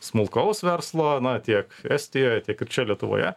smulkaus verslo na tiek estijoje tiek ir čia lietuvoje